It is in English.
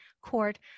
court